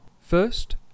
first